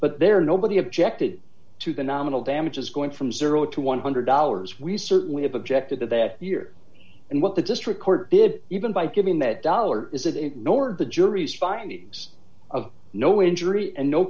but there nobody objected to the nominal damages going from zero to one hundred dollars we certainly have objected to that year and what the district court did even by giving that dollar is it ignored the jury's findings of no injury and no